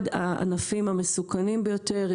אחד הענפים המסוכנים ביותר,